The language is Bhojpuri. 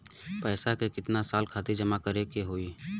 पैसा के कितना साल खातिर जमा करे के होइ?